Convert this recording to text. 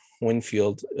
Winfield